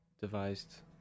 devised